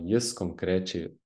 jis konkrečiai